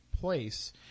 place